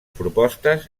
propostes